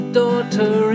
daughter